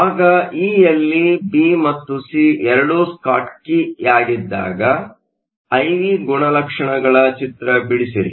ಭಾಗ ಇ ಯಲ್ಲಿ ಬಿ ಮತ್ತು ಸಿ ಎರಡೂ ಸ್ಕಾಟ್ಕಿಯಾಗಿದ್ದಾಗ ಐ ವಿ ಗುಣಲಕ್ಷಣಗಳ ಚಿತ್ರ ಬಿಡಿಸಿರಿ